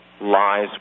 lies